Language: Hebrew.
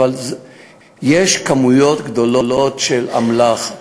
אבל יש כמויות גדולות של אמל"ח,